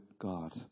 God